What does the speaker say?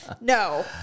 No